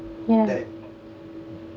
yeah